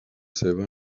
seva